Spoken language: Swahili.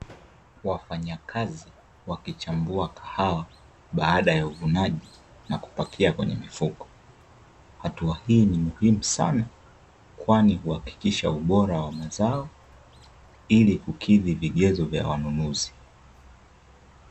Wafanyakazi wakichambua kahawa baada ya uvunaji na kupakia kwenye mifuko, hatua hii ni muhimu sana kwani kuhakikisha ubora wa mazao ili kukidhi vigezo vya wanunuzi.